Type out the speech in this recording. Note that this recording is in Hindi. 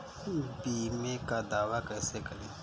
बीमे का दावा कैसे करें?